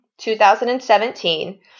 2017